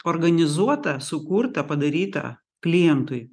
organizuota sukurta padaryta klientui